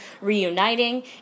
reuniting